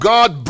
God